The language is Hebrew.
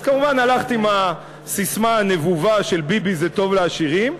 אז כמובן הלכת עם הססמה הנבובה של "ביבי זה טוב לעשירים",